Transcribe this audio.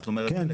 זאת אומרת כן,